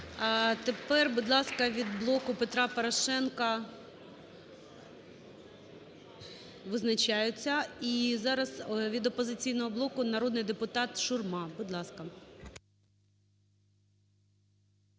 ласка, від "Блоку Петра Порошенка"… визначаються. І зараз від "Опозиційного блоку" народний депутат Шурма.